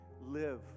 live